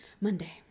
Monday